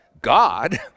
God